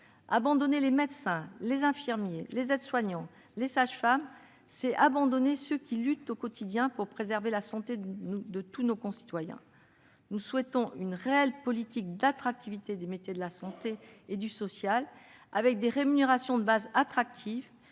Abandonner les médecins, les infirmiers, les aides-soignants, les sages-femmes revient à abandonner ceux qui luttent au quotidien pour préserver la santé de tous nos concitoyens ! Nous plaidons pour une réelle politique d'attractivité des métiers de la santé et du social, avec des rémunérations de base attractives